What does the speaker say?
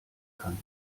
kann